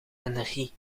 energie